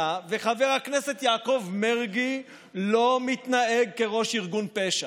וחבר הכנסת יעקב מרגי לא מתנהג כראש ארגון פשע.